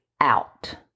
out